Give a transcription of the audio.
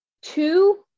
two